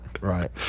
Right